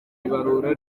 ibarura